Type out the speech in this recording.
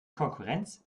konkurrenz